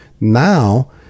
now